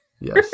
yes